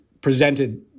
presented